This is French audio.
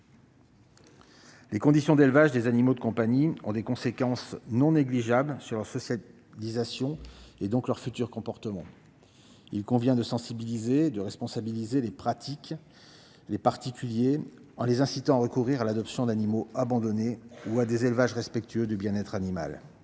Les conditions d'élevage des animaux de compagnie ont des conséquences non négligeables sur leur socialisation et donc sur leur futur comportement. Il convient de sensibiliser et de responsabiliser les particuliers en les incitant à recourir à l'adoption d'animaux abandonnés ou à se tourner vers des élevages respectueux du bien-être animal.